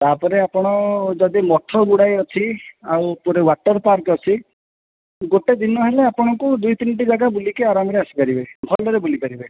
ତାପରେ ଆପଣ ଯଦି ମଠ ଗୁଡ଼ାଏ ଅଛି ଆଉ ଉପରେ ୱାଟର ପାର୍କ ଅଛି ଗୋଟେ ଦିନ ହେଲେ ଆପଣଙ୍କୁ ଦୁଇ ତିନିଟି ଜାଗା ବୁଲିକି ଆରାମ ରେ ଆସି ପାରିବେ ଭଲରେ ବୁଲି ପାରିବେ